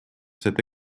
cette